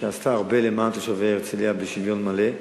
שעשתה הרבה למען תושבי הרצלייה, בשוויון מלא.